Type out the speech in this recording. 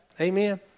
Amen